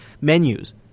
menus